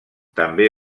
també